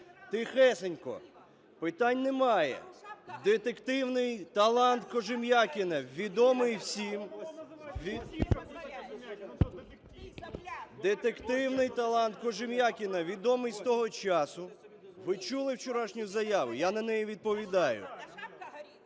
Тихесенько! Питань немає. Детективний талант Кожем'якіна відомий всім. (Шум у залі) Детективний талант Кожем'якіна відомий з того часу… Ви чули вчорашню заяву? Я на неї відповідаю.